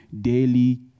daily